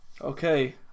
Okay